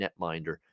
netminder